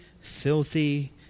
filthy